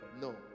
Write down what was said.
No